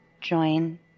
join